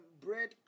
bread